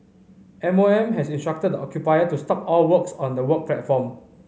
M O M has instructed the occupier to stop all works on the work platform